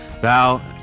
Val